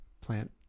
plant